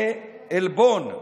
זה עלבון.